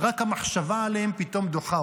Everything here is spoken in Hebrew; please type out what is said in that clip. רק המחשבה עליהם פתאום דוחה אותי.